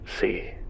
See